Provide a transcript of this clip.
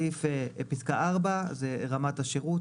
פסקה (4) מדברת על רמת השירות,